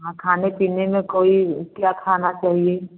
हाँ खाने पीने में कोई क्या खाना चाहिए